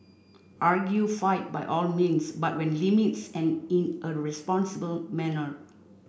argue fight by all means but when limits and in a responsible manner